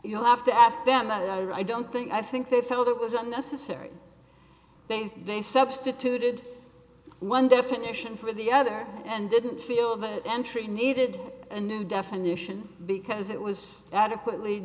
you'll have to ask them i don't think i think they thought it was unnecessary things they substituted one definition for the other and didn't feel that entry needed a new definition because it was adequately